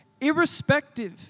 irrespective